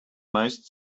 most